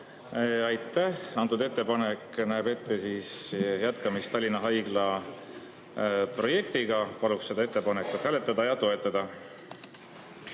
Aitäh! Antud ettepanek näeb ette jätkamist Tallinna Haigla projektiga. Paluks seda ettepanekut hääletada ja toetada.